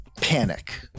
panic